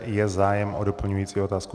Je zájem o doplňující otázku?